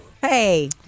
Hey